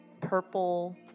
purple